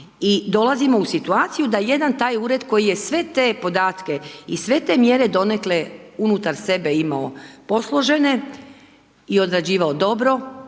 I dolazimo u situaciju da jedan taj ured, koji je sve te podatke i sve te mjere donekle unutar sebe imao posložene i odrađivao dobro